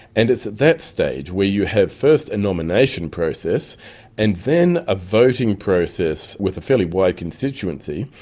and it's at that stage where you have first a nomination process and then a voting process with a fairly wide constituency,